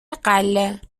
غله